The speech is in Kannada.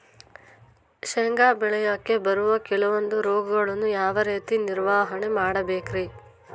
ಶೇಂಗಾ ಬೆಳೆಗೆ ಬರುವ ಕೆಲವೊಂದು ರೋಗಗಳನ್ನು ಯಾವ ರೇತಿ ನಿರ್ವಹಣೆ ಮಾಡಬೇಕ್ರಿ?